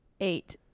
Eight